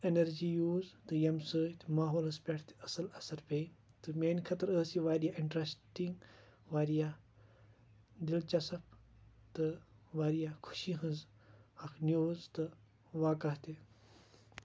energy use تہٕ یِمہِ سۭتۍ ماحولَس پؠٹھ تہِ اَصٕل اَثر پیٚیہِ تہٕ مِیٛانہِ خٲطرٕ ٲس یہِ واریاہ اِنٹَرسٹِنٛگ واریاہ دِلچَسپ تہٕ واریاہ خُۄشِی ہٕنٛز اَکھ نِیٚوز تہٕ واقعہ تہِ